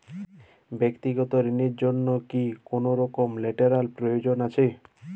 ব্যাক্তিগত ঋণ র জন্য কি কোনরকম লেটেরাল প্রয়োজন আছে?